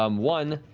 um one,